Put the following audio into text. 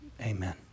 Amen